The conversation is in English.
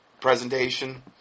presentation